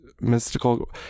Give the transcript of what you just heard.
mystical